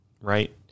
right